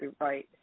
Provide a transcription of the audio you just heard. right